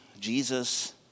Jesus